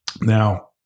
Now